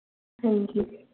thank you